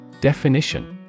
Definition